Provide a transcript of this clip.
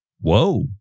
Whoa